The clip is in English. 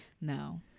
No